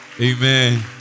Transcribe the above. Amen